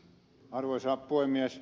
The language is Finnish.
arvoisa puhemies